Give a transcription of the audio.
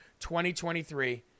2023